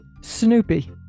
Snoopy